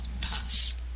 pass